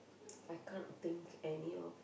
I can't think any of